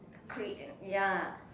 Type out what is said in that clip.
ya